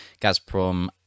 Gazprom